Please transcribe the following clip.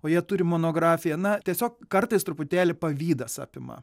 o jie turi monografiją na tiesiog kartais truputėlį pavydas apima